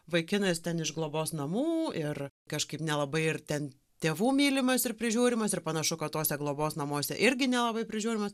vaikinas ten iš globos namų ir kažkaip nelabai ir ten tėvų mylimas ir prižiūrimas ir panašu kad tuose globos namuose irgi nelabai prižiūrimas